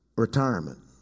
retirement